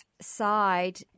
side